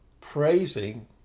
praising